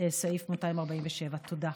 סעיף 247, תודה.